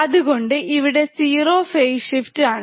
അതുകൊണ്ട് ഇവിടെ zero phase shift ആണ്